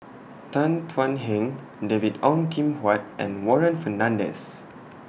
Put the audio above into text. Tan Thuan Heng David Ong Kim Huat and Warren Fernandez